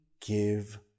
give